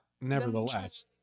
nevertheless